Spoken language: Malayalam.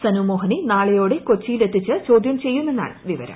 സനുമോഹനെ നാളെയോടെ കൊച്ചിയിൽ എത്തിച്ച് ചോദ്യം ചെയ്യുമെന്നാണ് വിവരം